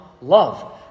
love